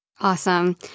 Awesome